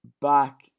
back